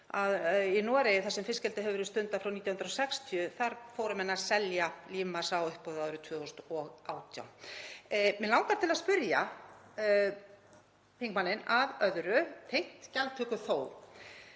að í Noregi þar sem fiskeldi hefur verið stundað frá 1960 fóru menn að selja lífmassa á uppboði árið 2018. Mig langar til að spyrja þingmanninn að öðru, tengt gjaldtöku þó.